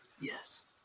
Yes